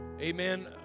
Amen